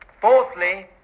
fourthly